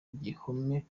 gihome